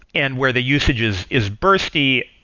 and where the usage is is bursty,